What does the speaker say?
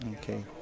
okay